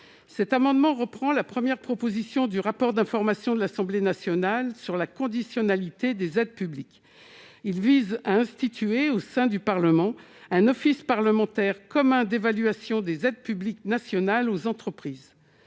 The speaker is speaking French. cet amendement reprend la première propositions du rapport d'information de l'Assemblée nationale sur la conditionnalité des aides publiques, il vise à instituer au sein du Parlement un office parlementaire commun d'évaluation des aides publiques nationales aux entreprises,